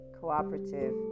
cooperative